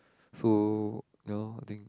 so ya loh I think